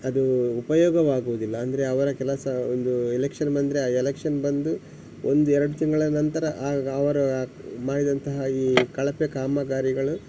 ಅದು ಉಪಯೋಗವಾಗುವುದಿಲ್ಲ ಅಂದರೆ ಅವರ ಕೆಲಸ ಒಂದು ಎಲೆಕ್ಷನ್ ಬಂದರೆ ಆ ಎಲೆಕ್ಷನ್ ಬಂದು ಒಂದು ಎರಡು ತಿಂಗಳ ನಂತರ ಆಗ ಅವರ ಮಾಡಿದಂತಹ ಈ ಕಳಪೆ ಕಾಮಗಾರಿಗಳು